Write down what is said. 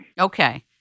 Okay